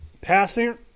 Passing